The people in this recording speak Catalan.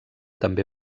també